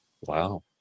Wow